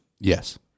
Yes